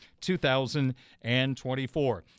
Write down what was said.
2024